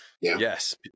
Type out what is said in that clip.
yes